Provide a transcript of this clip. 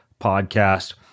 podcast